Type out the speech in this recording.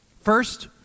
First